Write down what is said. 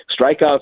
strikeouts